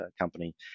company